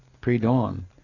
pre-dawn